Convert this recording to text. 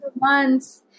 months